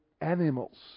animals